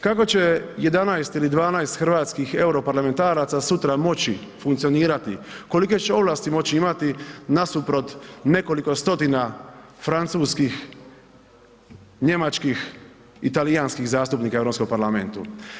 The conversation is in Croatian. Kako će 11 ili 12 hrvatskih europarlamentaraca sutra moći funkcionirati, kolike će ovlasti moći imati nasuprot nekoliko stotina francuskih, njemačkih i talijanskih zastupnika u EU parlamentu.